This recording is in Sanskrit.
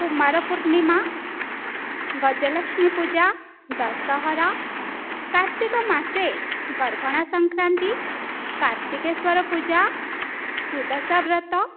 कुमारपूर्णिमा गजलक्ष्मीपूजा दसहरा कार्तिकमासे गर्भणसंक्रान्तिः कार्तिकेश्वरपूजा सुदशव्रतं